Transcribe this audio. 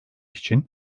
için